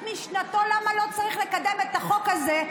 משנתו למה לא צריך לקדם את החוק הזה,